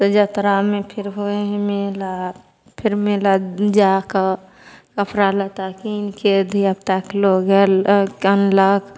तऽ जतरामे फेर होइ हइ मेला फेर मेला जाकऽ कपड़ा लत्ता किनिके धिआपुताके लऽ गेल के आनलक